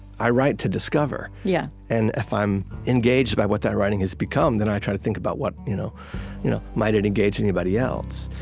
i write to discover. yeah and if i'm engaged by what that writing has become, then i try to think about what you know you know might it engage anybody else?